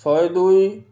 ଶହେ ଦୁଇ